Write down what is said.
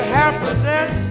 happiness